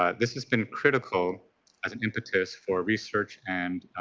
ah this has been critical as an impetus for research and